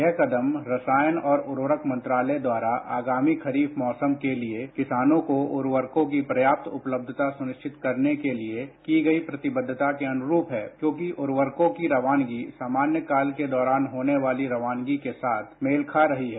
यह कदम उर्वरक और रसायन मंत्रालय द्वारा आगामी खरीफ मौसम के लिए किसानों को उर्वरक की प्रयाप्त उपलब्धता कराने के लिए की गई प्रतिबद्धता के अनुरूप है क्योंकि उर्वरकों की रवानगी समान्य काल के दौरान होने वाली रवानगी के साथ मेल खा रही है